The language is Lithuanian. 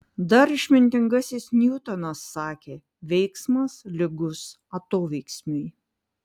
dar išmintingasis niutonas sakė veiksmas lygus atoveiksmiui